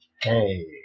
Hey